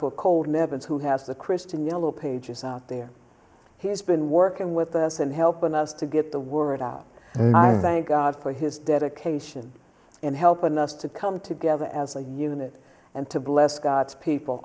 for cold members who has the christian yellow pages out there he has been working with us and helping us to get the word out and i thank god for his dedication in helping us to come together as a unit and to bless god's people